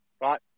Right